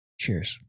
Cheers